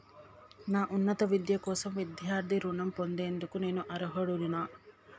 నా ఉన్నత విద్య కోసం విద్యార్థి రుణం పొందేందుకు నేను అర్హుడినేనా?